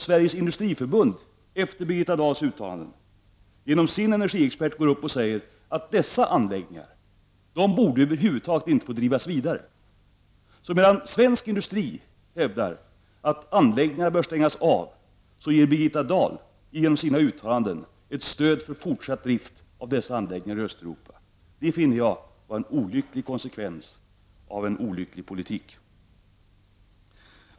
Sveriges industriförbund däremot, gick efter Birgitta Dahls uttalande ut och sade genom sin enerigexpert, att dessa anläggningar över huvud taget inte borde få drivas vidare. Medan svensk industri hävdar att anläggningarna bör stängas av ger Birgitta Dahl genom sina uttalanden ett stöd för fortsatt drift av dessa anläggningar i Östeuropa. Det finner jag vara en olycklig konsekvens av en olycklig politik.